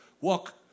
Walk